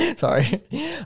Sorry